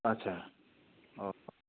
अच्छा हो